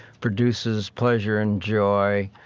produces pleasure and joy,